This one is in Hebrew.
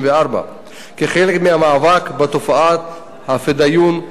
כחלק מהמאבק בתופעת ה"פדאיון".